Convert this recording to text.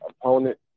opponent